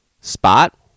spot